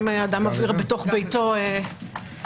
אם אדם מבעיר בתוך ביתו פסולת,